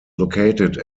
located